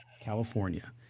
California